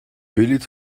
بلیط